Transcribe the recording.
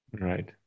Right